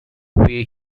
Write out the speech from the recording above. way